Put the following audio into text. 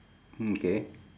mm K